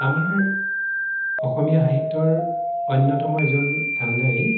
আমাৰ অসমীয়া সাহিত্যৰ অন্যতম এজন কাণ্ডাৰী